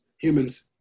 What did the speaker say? humans